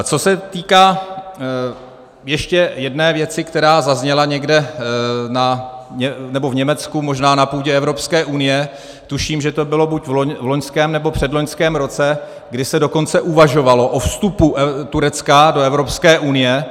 Co se týká ještě jedné věci, která zazněla někde v Německu, možná na půdě Evropské unie, tuším, že to bylo buď v loňském, nebo předloňském roce, kdy se dokonce uvažovalo o vstupu Turecka do Evropské unie.